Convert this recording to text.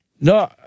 No